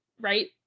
right